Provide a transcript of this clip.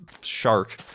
shark